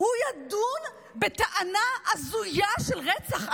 ידונו בטענה הזויה של רצח עם?